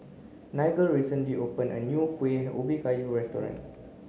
Nigel recently opened a new Kueh Ubi Kayu restaurant